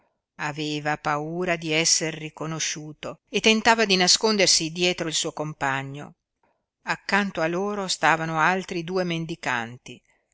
aveva paura di esser riconosciuto e tentava di nascondersi dietro il suo compagno accanto a loro stavano altri due mendicanti